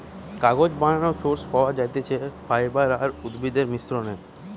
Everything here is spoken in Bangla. কাগজ বানানোর সোর্স পাওয়া যাতিছে ফাইবার আর উদ্ভিদের মিশ্রনে